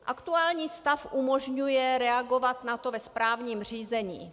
Aktuální stav umožňuje reagovat na to ve správním řízení.